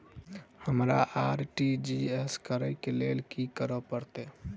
हमरा आर.टी.जी.एस करऽ केँ लेल की करऽ पड़तै?